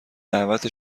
دعوت